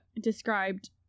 described